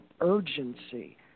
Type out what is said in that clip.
urgency